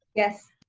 yes.